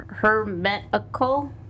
hermetical